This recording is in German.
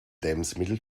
lebensmittel